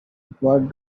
what